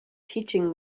teaching